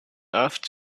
off